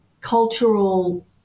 cultural